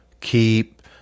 keep